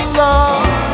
love